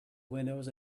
windows